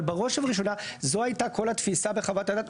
אבל בראש ובראשונה זאת הייתה כל התפיסה בחוות הדעת.